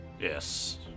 Yes